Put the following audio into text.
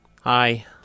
Hi